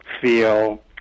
feel